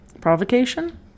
Provocation